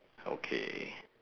okay